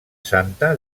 santa